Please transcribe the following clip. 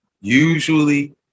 usually